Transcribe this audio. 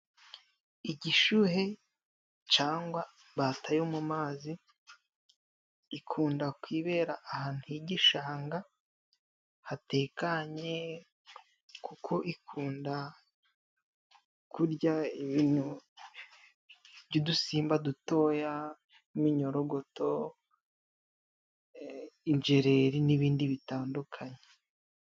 Igishuhe cangwa imbata yo mu mazi ikunda kwibera ahantu h'igishanga hatekanye. Kuko ikunda kurya ibinu by'udusimba dutoya nk'iminyorogoto, injereri n'ibindi bitandukanye.